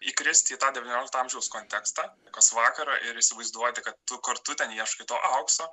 įkristi į tą devyniolikto amžiaus kontekstą kas vakarą ir įsivaizduoti kad tu kartu ten ieškai to aukso